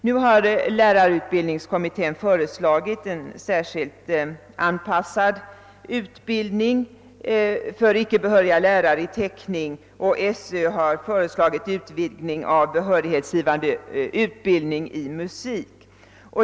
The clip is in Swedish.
Nu har lärarutbildningskommittén föreslagit en särskilt anpassad utbildning för icke behöriga lärare i teckning, och SÖ har föreslagit en utvidgning av behörighetsgivande utbildning i musik.